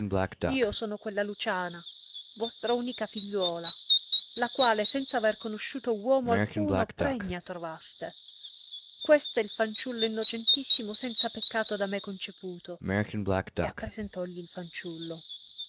io sono quella luciana vostra unica figliuola la quale senza aver conosciuto uomo alcuno pregna trovaste quest è il fanciullo innocentissimo senza peccato da me conceputo e appresentogli il fanciullo